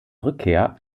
rückkehr